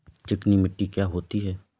चिकनी मिट्टी क्या होती है?